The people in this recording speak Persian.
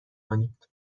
کنید